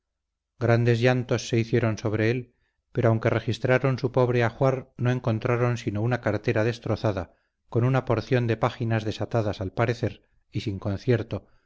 grandes llantos se hicieron sobre él pero aunque registraron su pobre ajuar no encontraron sino una cartera destrozada con una porción de páginas desatadas al parecer y sin concierto